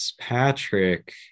patrick